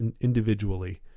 individually